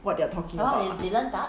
what they are talking about